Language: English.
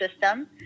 system